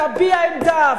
תביע עמדה.